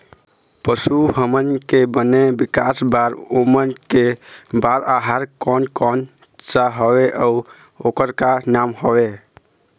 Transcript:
पशु हमन के बने विकास बार ओमन के बार आहार कोन कौन सा हवे अऊ ओकर का नाम हवे?